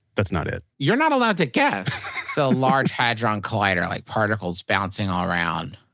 that's not it you're not allowed to guess it's the large hadron collider, like particles bouncing all around,